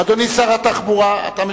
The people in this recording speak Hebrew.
אדוני שר התחבורה, אתה משיב.